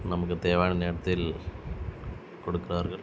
நமக்கு தேவையான நேரத்தில் கொடுக்கிறார்கள்